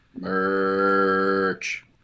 merch